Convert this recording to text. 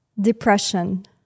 Depression